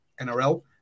NRL